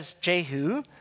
Jehu